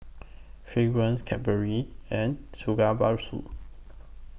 Fragrance Cadbury and